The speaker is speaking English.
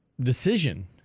decision